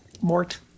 Mort